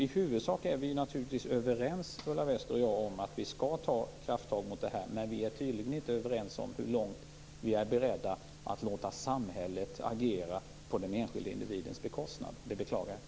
I huvudsak är Ulla Wester-Rudin och jag naturligtvis överens om att vi skall ta krafttag, men vi är tydligen inte överens om hur långt vi är beredda att låta samhället agera på den enskilde individens bekostnad. Det beklagar jag.